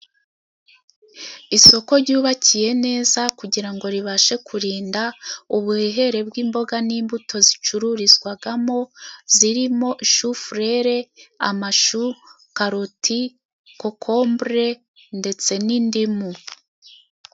Isoko ryubakiye neza, kugira ngo ribashe kurinda, ubuhehere bw'imboga, n'imbuto zicururizwagamo, zirimo shufurere, amashu, karoti, kokombore, ndetse n'indimu.